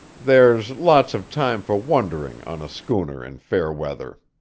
there's lots of time for wondering on a schooner in fair weather.